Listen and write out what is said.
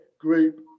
group